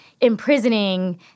imprisoning